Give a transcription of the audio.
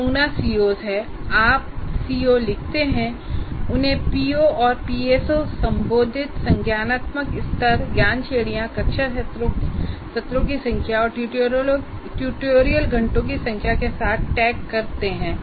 आप सीओ लिखते हैं और उन्हें पीओ और पीएसओ संबोधित संज्ञानात्मक स्तर ज्ञान श्रेणियां कक्षा सत्रों की संख्या और ट्यूटोरियल घंटों की संख्या के साथ टैग करते हैं